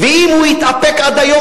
ואם הוא התאפק עד היום,